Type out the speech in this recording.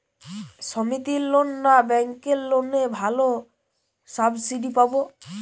সমিতির লোন না ব্যাঙ্কের লোনে ভালো সাবসিডি পাব?